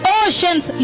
oceans